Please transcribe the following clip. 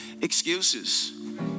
excuses